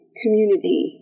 community